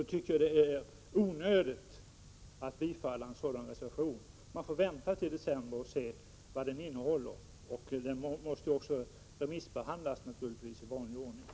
Då tycker jag att det är onödigt att bifalla reservationen. Vi får vänta till december och se vad utredningsförslaget innehåller, och sedan skall det naturligtvis remissbehandlas i vanlig ordning.